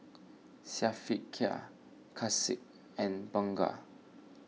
Syafiqah Kasih and Bunga